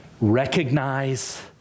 recognize